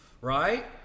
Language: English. Right